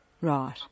Right